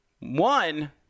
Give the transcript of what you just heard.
One